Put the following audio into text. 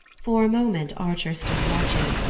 for a moment archer stood watching,